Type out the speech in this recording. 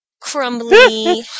crumbly